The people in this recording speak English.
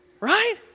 Right